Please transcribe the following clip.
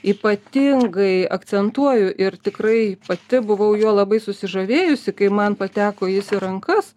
ypatingai akcentuoju ir tikrai pati buvau juo labai susižavėjusi kai man pateko jis į rankas